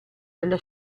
della